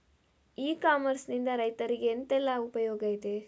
E commerce ನಿಂದ ರೈತರಿಗೆ ಎಂತೆಲ್ಲ ಉಪಯೋಗ ಇದೆ?